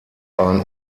ein